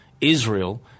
Israel